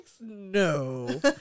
No